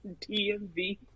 dmv